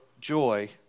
joy